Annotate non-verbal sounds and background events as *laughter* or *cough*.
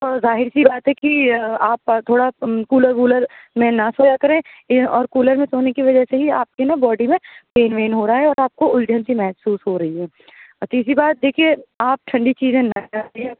تو ظاہر سی بات ہے کہ آپ تھوڑا کولر وولر میں نہ سویا کریں اور کولر میں سونے کی وجہ سے ہی آپ کے نہ باڈی میں پین وین ہو رہا ہے اور آپ کو اُلجھن سی محسوس ہو رہی ہے اور تیسری بات دیکھیے آپ ٹھنڈی چیزیں نہ کھا *unintelligible*